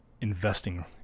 investing